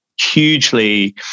Hugely